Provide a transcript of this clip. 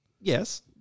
Yes